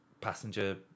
passenger